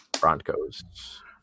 Broncos